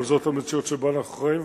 אבל זאת המציאות שבה אנחנו חיים,